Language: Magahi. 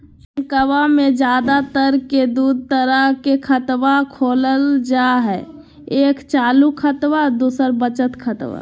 बैंकवा मे ज्यादा तर के दूध तरह के खातवा खोलल जाय हई एक चालू खाता दू वचत खाता